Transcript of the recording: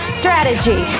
strategy